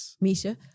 Misha